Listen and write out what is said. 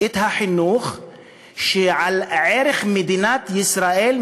את החינוך שעל ערך מדינת ישראל,